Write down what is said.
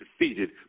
defeated